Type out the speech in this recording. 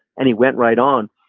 and he went right on.